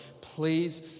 please